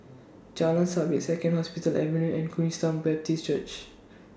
Jalan Sabit Second Hospital Avenue and Queenstown Baptist Church